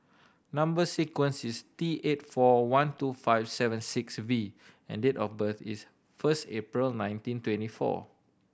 number sequence is T eight four one two five seven six V and the date of birth is first April nineteen twenty four